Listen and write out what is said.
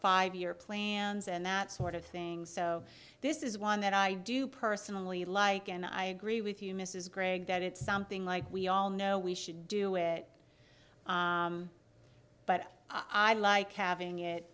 five year plans and that sort of thing so this is one that i do personally like and i agree with you mrs gregg that it's something like we all know we should do it but i like having it